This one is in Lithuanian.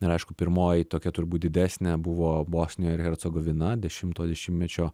ir aišku pirmoji tokia turbūt didesnė buvo bosnija ir hercogovina dešimto dešimtmečio